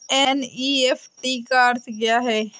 NEFT का अर्थ क्या है?